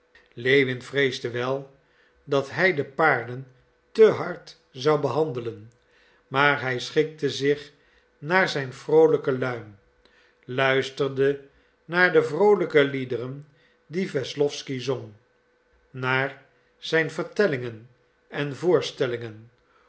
lewin vreesde wel dat hij de paarden te hard zou behandelen maar hij schikte zich naar zijn vroolijke luim luisterde naar de vroolijke liederen die wesslowsky zong naar zijn vertellingen en voorstellingen